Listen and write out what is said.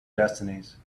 destinies